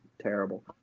terrible